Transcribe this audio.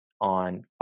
on